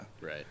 Right